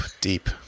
Deep